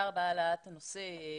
העלאת הנושא למודעות,